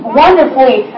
wonderfully